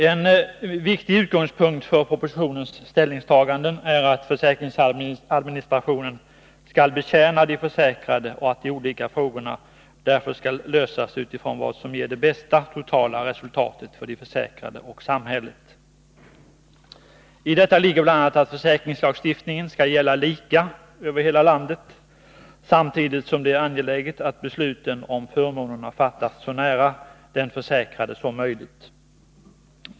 En viktig utgångspunkt för propositionens ställningstaganden är att försäkringsadministrationen skall betjäna de försäkrade, och att de olika frågorna därför skall lösas utifrån vad som ger det bästa totala resultatet för de försäkrade och samhället. I detta ligger bl.a. att försäkringslagstiftningen skall gälla lika över hela landet, samtidigt som det är angeläget att besluten om förmånerna fattas så nära den försäkrade som möjligt.